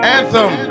Anthem